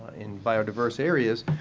in biodiverse areas,